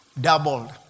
doubled